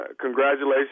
Congratulations